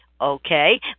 Okay